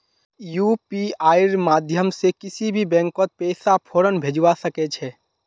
यूपीआईर माध्यम से किसी भी बैंकत पैसा फौरन भेजवा सके छे